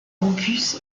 campus